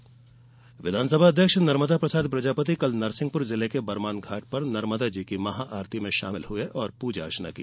नर्मदा आरती विधानसभा अध्यक्ष नर्मदा प्रसाद प्रजापति कल नरसिंहपुर जिले के बरमान घाट पर नर्मदा जी की महा आरती में शामिल हुए और पूजा अर्चना की